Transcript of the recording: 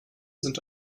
sind